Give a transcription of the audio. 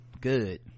Good